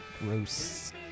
gross